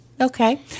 Okay